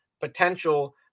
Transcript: potential